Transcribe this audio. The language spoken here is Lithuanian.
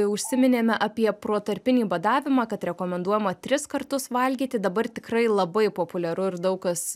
užsiminėme apie protarpinį badavimą kad rekomenduojama tris kartus valgyti dabar tikrai labai populiaru ir daug kas